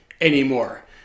anymore